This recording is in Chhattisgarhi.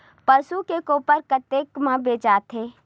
पशु के गोबर कतेक म बेचाथे?